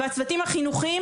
והצוותים החינוכיים,